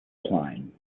plain